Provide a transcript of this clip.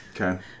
Okay